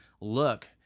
look